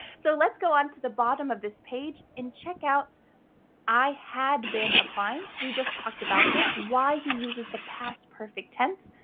so let's go on to the bottom of this page and check out i had been applying, we just talked about this. why he uses the past perfect tense,